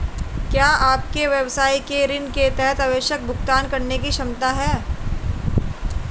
क्या आपके व्यवसाय में ऋण के तहत आवश्यक भुगतान करने की क्षमता है?